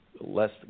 less